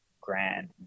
grand